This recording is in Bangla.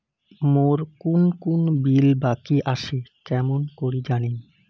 মোর কুন কুন বিল বাকি আসে কেমন করি জানিম?